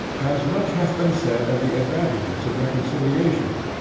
as much hath been said of the advantages of reconciliation,